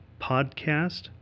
podcast